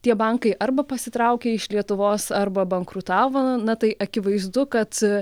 tie bankai arba pasitraukė iš lietuvos arba bankrutavo na tai akivaizdu kad